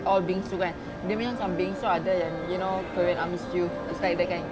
all bingsoo kan dia punya macam bingsoo other than you know korean army stew it's like that kind